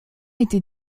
été